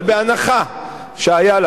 אבל בהנחה שהיה לה,